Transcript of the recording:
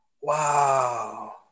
Wow